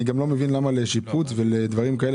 אני גם לא מבין למה לשיפוץ ולדברים כאלה